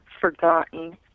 forgotten